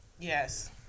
Yes